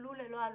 יטופלו ללא עלות.